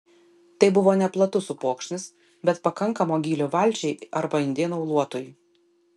tai buvo neplatus upokšnis bet pakankamo gylio valčiai arba indėnų luotui